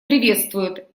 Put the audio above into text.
приветствует